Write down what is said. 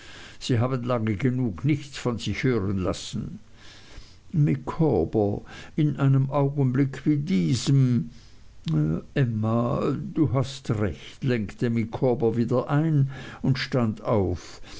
sie haben lange genug nichts von sich hören lassen micawber in einem augenblick wie diesem emma du hast recht lenkte mr micawber ein und stand auf